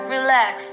relax